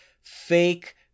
fake